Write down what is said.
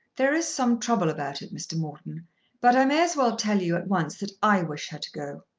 there is some trouble about it, mr. morton but i may as well tell you at once that i wish her to go.